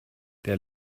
der